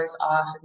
off